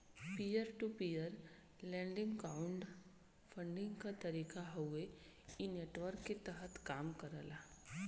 peer to peer lending crowd funding क तरीका हउवे इ नेटवर्क के तहत कम करला